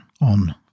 on